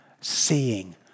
seeing